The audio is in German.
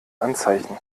anzeichen